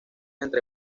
entre